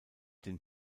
den